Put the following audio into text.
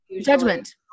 judgment